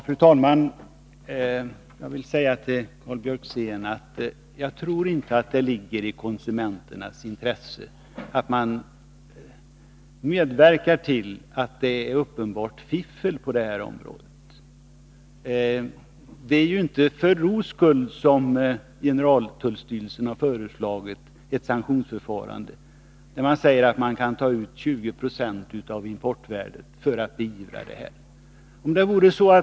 Fru talman! Jag tror inte, Karl Björzén, att det ligger i konsumenternas intresse att medverka till ett uppenbart fiffel på detta område. Det är inte för ro skull som generaltullstyrelsen har föreslagit ett sanktionsförfarande där 20 20 av importvärdet skall kunna tas ut för att beivra överträdelser av importregleringarna.